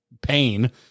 pain